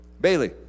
Bailey